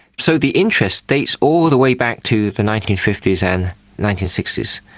so the interest dates all the way back to the nineteen fifty s and nineteen sixty s.